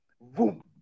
boom